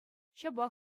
ҫапах